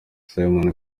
simon